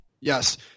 Yes